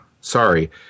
Sorry